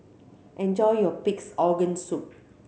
enjoy your Pig's Organ Soup